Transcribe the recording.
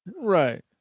Right